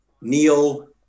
Neil